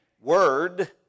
word